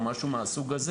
או משהו כזה.